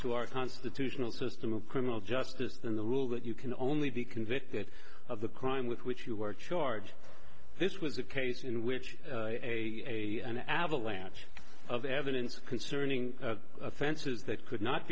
to our constitutional system of criminal justice than the rule that you can only be convicted of the crime with which you are charged this was a case in which a an avalanche of evidence concerning offenses that could not